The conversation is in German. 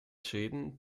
schäden